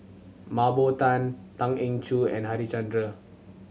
Mah Bow Tan Tan Eng Joo and Harichandra